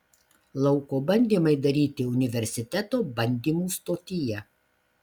lauko bandymai daryti universiteto bandymų stotyje